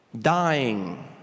Dying